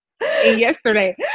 yesterday